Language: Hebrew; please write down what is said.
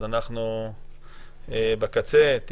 אנחנו בקצה של זה,